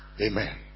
Amen